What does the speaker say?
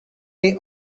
they